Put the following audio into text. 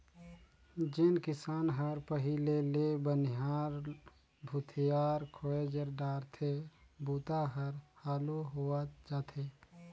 जेन किसान हर पहिले ले बनिहार भूथियार खोएज डारथे बूता हर हालू होवय जाथे